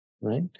Right